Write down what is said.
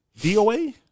DOA